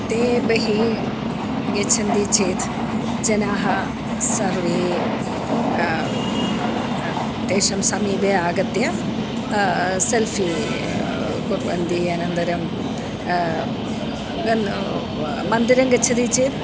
ते बहिः गच्छन्ति चेत् जनाः सर्वे तेषां समीपे आगत्य सेल्फी कुर्वन्ति अनन्तरं गन् मन्दिरं गच्छन्ति चेत्